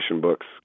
books